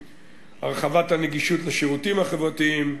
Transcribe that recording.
3. הרחבת נגישות השירותים החברתיים,